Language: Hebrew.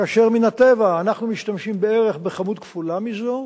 כאשר מן הטבע אנחנו משתמשים בערך בכמות כפולה מזו,